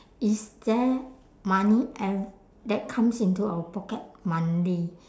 is there money ev~ that comes into our pocket monthly